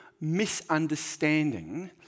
misunderstanding